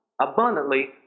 abundantly